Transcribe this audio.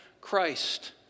Christ